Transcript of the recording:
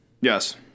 Yes